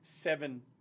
seven